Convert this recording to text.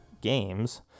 games